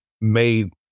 made